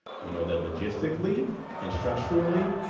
we know that logistically and structurally,